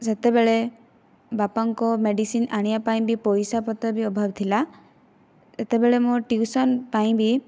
ସେତେବେଳେ ବାପାଙ୍କ ମେଡ଼ିସିନ ଆଣିବାପାଇଁ ବି ପଇସା ପତ୍ର ବି ଅଭାବ ଥିଲା ସେତେବେଳେ ମୋ' ଟ୍ୟୁସନ ପାଇଁ ବି